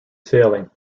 sailing